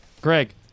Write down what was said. Greg